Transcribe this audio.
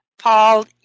Paul